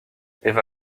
eva